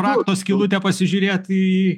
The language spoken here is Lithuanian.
rakto skylutę pasižiūrėt į